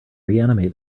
reanimate